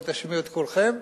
ו"תשמיעו את קולכם".